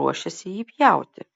ruošiasi jį pjauti